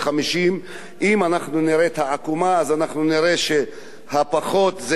אם נראה את העקומה, אנחנו נראה שפחות עד גיל 30,